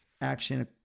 action